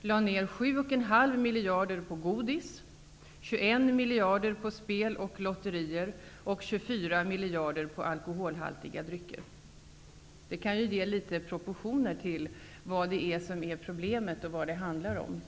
lade ned 7 1/2 miljard på godis, 21 miljarder på spel och lotterier och 24 miljarder på alkoholhaltiga drycker. Det kan ge litet av proportioner på problemet och vad det handlar om.